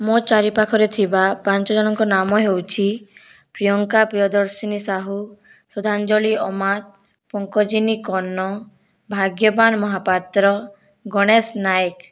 ମୋ ଚାରି ପାଖରେ ଥିବା ପାଞ୍ଚ ଜଣଙ୍କ ନାମ ହେଉଛି ପ୍ରିୟଙ୍କା ପ୍ରିୟଦର୍ଶିନୀ ସାହୁ ଶ୍ରଦ୍ଧାଞ୍ଜଳି ଅମାର ପଙ୍କଜିନି କର୍ଣ୍ଣ ଭାଗ୍ୟବାନ ମହାପାତ୍ର ଗଣେଶ ନାୟକ